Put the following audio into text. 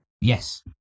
Yes